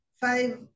five